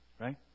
right